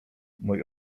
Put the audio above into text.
mój